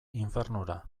infernura